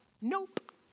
Nope